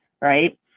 right